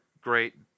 great